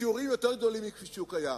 בשיעורים יותר גדולים מכפי שהוא קיים.